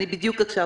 אני בדיוק עכשיו,